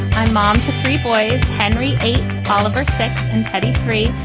my mom to three boys, henry eight, oliver six and teddy, three.